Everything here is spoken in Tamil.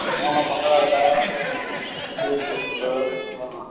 எதனா ஒரு பங்களாக இருக்கா யோசித்து சொல்லு